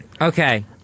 Okay